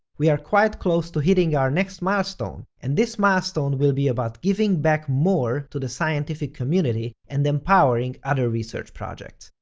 we are quite close to hitting our next milestone. and this milestone will be about giving back more to the scientific community and empowering other research projects.